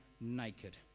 naked